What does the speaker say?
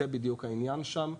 זה בדיוק העניין שם,